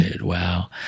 Wow